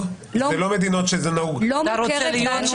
מציאות בדרך כלל הפתרונות העמוקים יותר באים